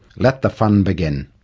let the fun begin.